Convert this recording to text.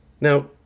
Now